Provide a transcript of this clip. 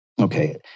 Okay